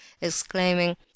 exclaiming